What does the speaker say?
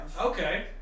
okay